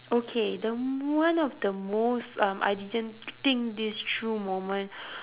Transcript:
okay the m~ one of the most um I didn't think this through moment